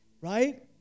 right